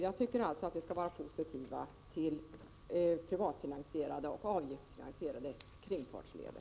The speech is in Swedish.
Jag tycker alltså att vi skall vara positiva till privatfinansierade och avgiftsfinansierade kringfartsleder.